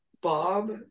Bob